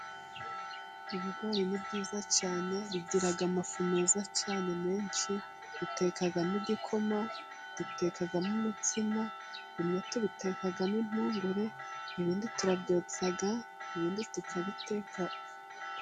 Ibigori ni byiza cyane bigira amafu meza cyane menshi dutekamo igikoma, dutekamo umutsima bimwe tubitekamo impungure, ibindi turabyotsa ibindi tukabiteka.